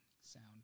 sound